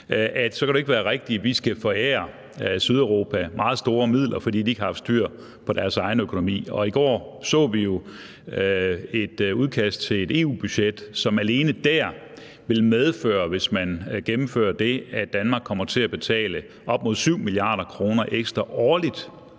dem – skal vi forære Sydeuropa meget store midler, fordi de ikke har haft styr på deres egen økonomi. I går så vi jo et udkast til et EU-budget, som alene vil medføre, hvis man gennemfører det, at Danmark kommer til at betale op mod 7 mia. kr. ekstra årligt